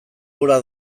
gora